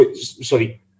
sorry